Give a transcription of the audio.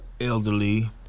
elderly